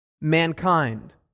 mankind